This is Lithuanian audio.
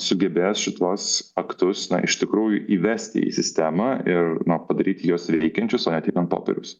sugebės šituos aktus na iš tikrųjų įvesti į sistemą ir padaryti juos veikiančius o ne tik ant popieriaus